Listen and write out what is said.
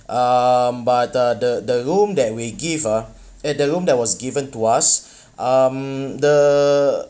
um but the the the room that we give ah at the room that was given to us um the